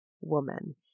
woman